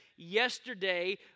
Yesterday